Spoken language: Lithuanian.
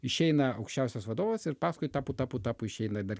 išeina aukščiausias vadovas ir paskui tapu tapu tapu išeina ir dar